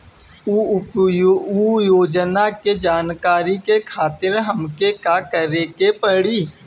उ योजना के जानकारी के खातिर हमके का करे के पड़ी?